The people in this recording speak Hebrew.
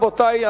רבותי,